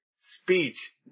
speech